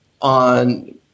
on